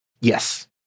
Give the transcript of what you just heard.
Yes